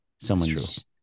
Someone's